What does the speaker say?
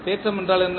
தேற்றம் என்றால் என்ன